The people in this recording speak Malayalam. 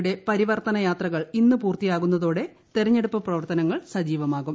യുടെ പരിവർത്തന യാത്രകൾ ഇന്ന് പൂർത്തിയാകുന്നതോടെ തെരഞ്ഞെടുപ്പ് പ്രവർത്തനങ്ങൾ സജീവമാകും